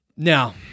Now